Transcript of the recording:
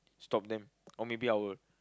stop them or maybe I would